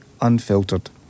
Unfiltered